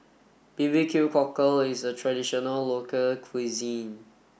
B B Q cockle is a traditional local cuisine